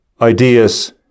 ideas